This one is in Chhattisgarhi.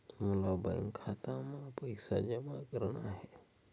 मोला बैंक खाता मां पइसा जमा करना हे?